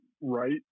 right